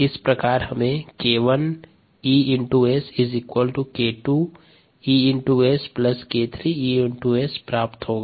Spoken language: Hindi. इस प्रकार 𝒌𝟏 𝑬 𝑺 𝒌𝟐 𝑬𝑺 𝒌𝟑 𝑬𝑺 प्राप्त होगा